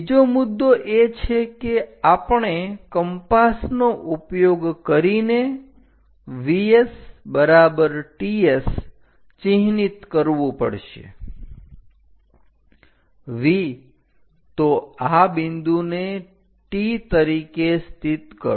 બીજો મુદ્દો એ છે કે આપણે કંપાસનો ઉપયોગ કરીને VS બરાબર TS ચિહ્નિત કરવું પડશે V તો આ બિંદુને T tતરીકે સ્થિત કરો